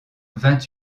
vingt